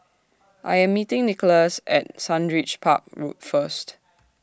I Am meeting Nikolas At Sundridge Park Road First